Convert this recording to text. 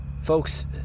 Folks